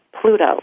Pluto